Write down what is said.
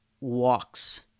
walks